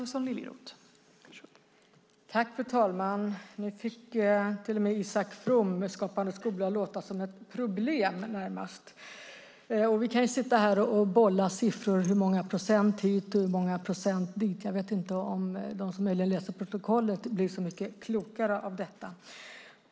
Fru talman! Nu fick till och med Isak From Skapande skola att låta närmast som ett problem. Vi kan stå här och bolla siffror om hur många procent hit och hur många procent dit; jag vet inte om de som läser protokollet blir så mycket klokare av detta.